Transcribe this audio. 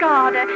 God